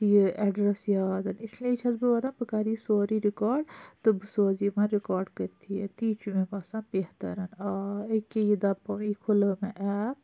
یہِ ایٚڈرَس یاد اسلیے چھس بہٕ وَںان بہٕ کَرٕ یہِ سورٕے رِکارڈ تہٕ بہٕ سوز یہِ یِمَن رِکارڈ کٔرتھٕے تِی چھُ مےٚ باسان بہتر آ أکہِ یہِ دَباوٕ یہِ کھُوٚلو مےٚ ایپ